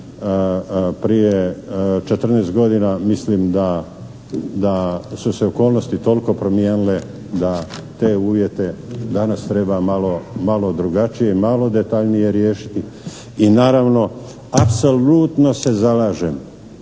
prije 14 godina, mislim da su se okolnosti toliko promijenile da te uvjete danas treba malo drugačije, malo detaljnije riješiti i naravno apsolutno se zalažem